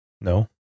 No